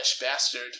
bastard